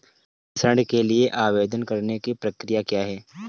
ऋण के लिए आवेदन करने की प्रक्रिया क्या है?